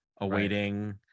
awaiting